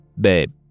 Babe